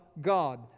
God